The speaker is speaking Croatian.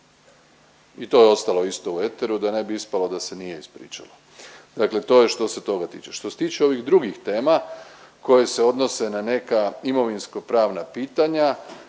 I to je ostalo isto u eteru, da ne bi ispalo da se nije ispričala. Dakle to je što se toga tiče. Što se tiče ovih drugih tema koje se odnose na neka imovinsko-pravna pitanja,